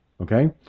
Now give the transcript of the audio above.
Okay